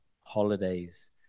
holidays